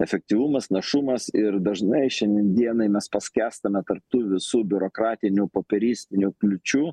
efektyvumas našumas ir dažnai šiandien dienai mes paskęstame tarp tų visų biurokratinių popieristinių kliūčių